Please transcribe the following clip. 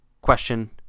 question